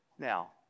Now